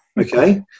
Okay